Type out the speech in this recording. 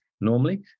normally